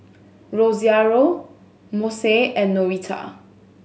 Rosario Mose and Norita